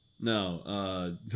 No